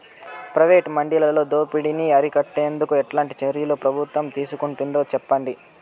Private మండీలలో దోపిడీ ని అరికట్టేందుకు ఎట్లాంటి చర్యలు ప్రభుత్వం తీసుకుంటుందో చెప్పండి?